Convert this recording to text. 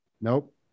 Nope